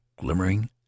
glimmering